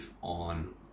on